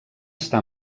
està